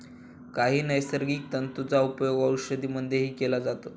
काही नैसर्गिक तंतूंचा उपयोग औषधांमध्येही केला जातो